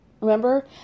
remember